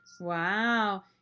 Wow